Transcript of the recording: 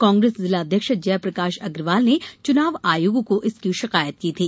कांग्रेस जिला अध्यक्ष जयप्रकाश अग्रवाल ने चुनाव आयोग को इसकी शिकायत की थी